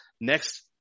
next